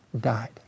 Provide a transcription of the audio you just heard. died